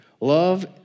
Love